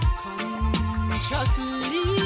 consciously